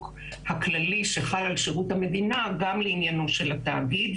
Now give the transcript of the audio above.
הכללי שחל על שירות המדינה גם לעניינו של התאגיד,